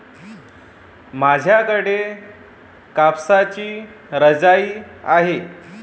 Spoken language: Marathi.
माझ्याकडे कापसाची रजाई आहे